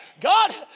God